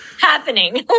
happening